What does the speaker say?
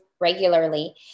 regularly